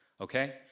okay